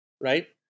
Right